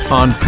on